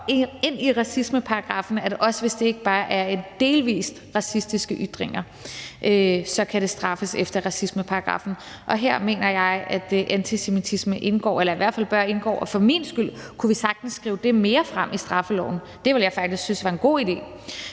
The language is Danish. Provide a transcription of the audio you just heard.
ind i racismeparagraffen, at det, også hvis det ikke bare er delvis racistiske ytringer, kan straffes efter racismeparagraffen. Her mener jeg at antisemitisme indgår eller i hvert fald bør indgå. Og for min skyld kunne vi sagtens skrive det mere frem i straffeloven. Det ville jeg faktisk synes var en god idé.